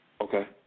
Okay